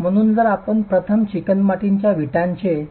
म्हणून जर आपण प्रथम चिकणमातीच्या विटांचे